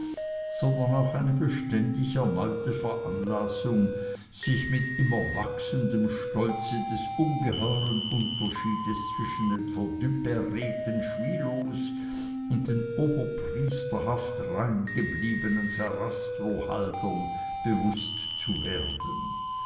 sondern auch eine beständig erneute veranlassung sich mit immer wachsendem stolze des ungeheuren unterschiedes zwischen den verduperrten schwilows und den oberpriesterhaft rein gebliebenen sarastro haldern bewußt zu werden